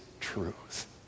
truth